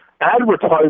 advertise